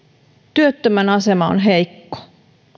työttömän asema on heikko